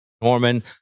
Norman